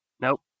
Nope